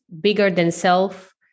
bigger-than-self